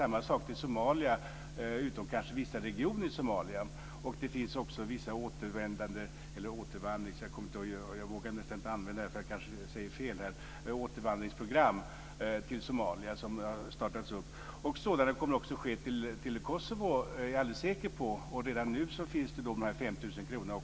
Samma sak gäller Somalia, utom kanske vissa regioner där. Det finns också vissa återvandringsprogram - jag vågar nästan inte använda ordet eftersom jag kanske säger fel - till Somalia som har startats upp. Jag är alldeles säker på att sådana också kommer att startas till Kosovo. Redan nu finns dessa 5 000 kr.